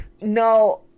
No